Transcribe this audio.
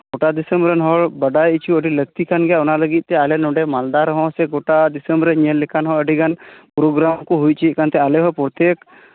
ᱜᱚᱴᱟ ᱫᱤᱥᱚᱢ ᱨᱮᱱ ᱦᱚᱲ ᱵᱟᱰᱟᱭ ᱦᱚᱪᱚ ᱟᱹᱰᱤ ᱞᱟᱹᱠᱛᱤ ᱠᱟᱱ ᱜᱮᱭᱟ ᱚᱱᱟ ᱞᱟᱹᱜᱤᱫ ᱛᱮ ᱟᱞᱮ ᱱᱚᱸᱰᱮ ᱢᱟᱞᱫᱟ ᱨᱮᱦᱚᱸ ᱥᱮ ᱜᱚᱴᱟ ᱫᱤᱥᱚᱢ ᱨᱮ ᱧᱮᱞ ᱞᱮᱠᱷᱟᱱ ᱦᱚᱸ ᱟᱹᱰᱤᱜᱟᱱ ᱯᱨᱳᱜᱽᱨᱟᱢ ᱠᱚ ᱦᱩᱭ ᱦᱚᱪᱚᱭᱮᱜ ᱠᱟᱱ ᱛᱟᱦᱮᱸᱫ ᱟᱞᱮ ᱦᱚᱸ ᱯᱨᱚᱛᱛᱮᱠ